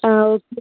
ആ ഓക്കെ